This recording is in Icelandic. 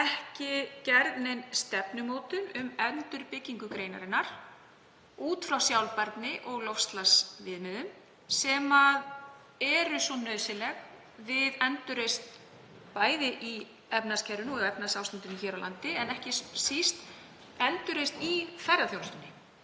ekki gerð nein stefnumótun um endurbyggingu greinarinnar út frá sjálfbærni og loftslagsviðmiðum sem eru svo nauðsynleg við endurreisn bæði í efnahagskerfinu og efnahagsástandinu hér á landi en ekki síst endurreisn í ferðaþjónustunni.